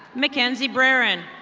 mckenzie brayrin.